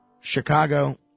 Chicago